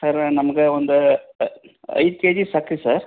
ಸರ್ರ ನಮ್ಗೆ ಒಂದು ಐದು ಕೆಜಿ ಸಕ್ಕರೆ ಸರ್